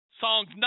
Songs